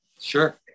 Sure